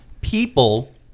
people